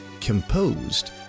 Composed